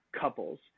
couples